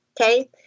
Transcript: Okay